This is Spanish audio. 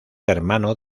hermano